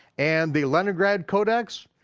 and the leningrad codex,